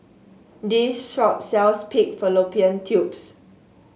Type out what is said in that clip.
this shop sells Pig Fallopian Tubes